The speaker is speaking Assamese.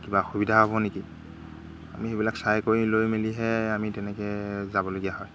কিবা অসুবিধা হ'ব নেকি আমি সেইবিলাক চাই কৰি লৈ মেলিহে আমি তেনেকৈ যাবলগীয়া হয়